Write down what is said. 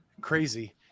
Crazy